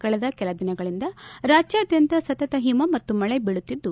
ಕಳೆದ ಕೆಲ ದಿನಗಳಿಂದ ರಾಜ್ಯಾದ್ಧಂತ ಸತತ ಹಿಮ ಮತ್ತು ಮಳೆ ಬೀಳುತ್ತಿದ್ದು